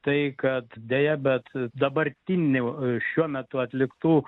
tai kad deja bet dabartinių šiuo metu atliktų